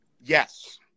Yes